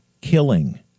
killing